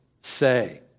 say